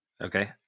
okay